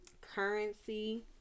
currency